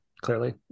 clearly